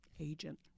agent